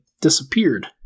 disappeared